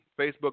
Facebook